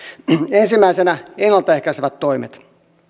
ensimmäisenä ennalta ehkäisevät toimet